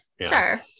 Sure